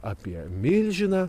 apie milžiną